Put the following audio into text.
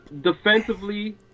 defensively